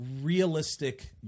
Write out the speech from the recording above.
realistic